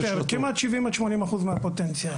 כמעט 70 עד 80 אחוזים מהפוטנציאל.